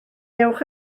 ewch